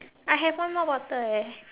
I have one more bottle eh